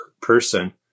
person